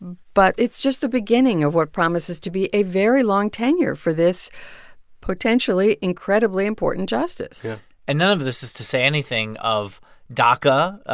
but it's just the beginning of what promises to be a very long tenure for this potentially incredibly important justice yeah and none of this is to say anything of daca. ah